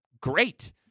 great